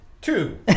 two